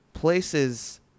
places